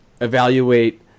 evaluate